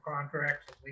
contracts